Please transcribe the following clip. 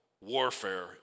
warfare